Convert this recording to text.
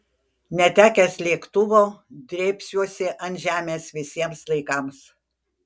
netekęs lėktuvo drėbsiuosi ant žemės visiems laikams